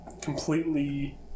completely